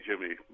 Jimmy